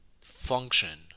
function